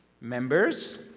members